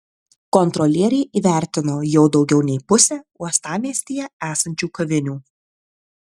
kontrolieriai įvertino jau daugiau nei pusę uostamiestyje esančių kavinių